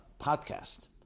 podcast